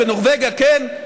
בנורבגיה כן,